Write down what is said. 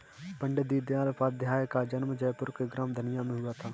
पण्डित दीनदयाल उपाध्याय का जन्म जयपुर के ग्राम धनिया में हुआ था